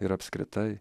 ir apskritai